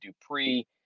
Dupree